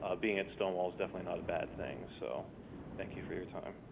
ah being at stonewall is definitely not a bad thing. so thank you for your time.